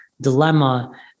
dilemma